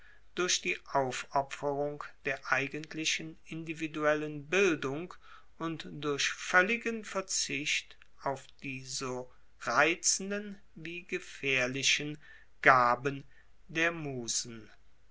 durch die aufopferung der eigentlichen individuellen bildung und durch voelligen verzicht auf die so reizenden wie gefaehrlichen gaben der musen